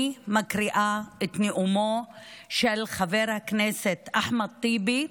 אני מקריאה את נאומו של חבר הכנסת אחמד טיבי,